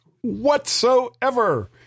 whatsoever